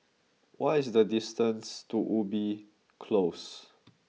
what is the distance to Ubi Close